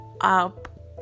up